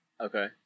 Okay